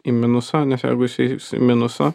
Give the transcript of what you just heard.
į minusą nes jeigu jisai minusą